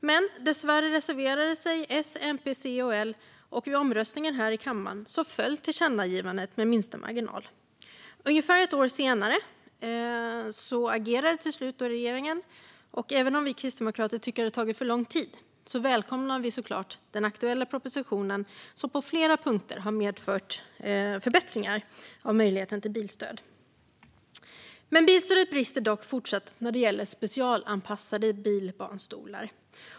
Men dessvärre reserverade sig S, MP, C och L, och vid omröstningen här i kammaren föll tillkännagivandet med minsta marginal. Ungefär ett år senare agerade regeringen till slut. Även om vi kristdemokrater tycker att det har tagit för lång tid välkomnar vi såklart den aktuella propositionen, som på flera punkter kommer att medföra förbättrade möjligheter till bilstöd. Bilstödet brister dock fortfarande när det gäller specialanpassade bilbarnstolar.